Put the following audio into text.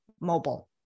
mobile